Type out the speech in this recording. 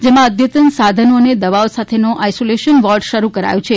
જેમાં અદ્યતન સાધનો અને દવા સાથેનો આઇસોલેશન વોર્ડ શરૂ કરાયો છે